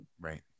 Right